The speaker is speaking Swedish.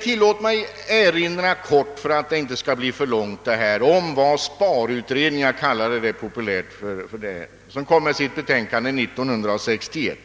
Tillåt mig i korthet för att inte diskussionen här skall bli för lång erinra om vad som föreslogs av sparutredningen — jag kallar den populärt så — som avlämnade sitt betänkande 1961.